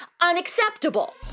unacceptable